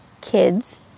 kids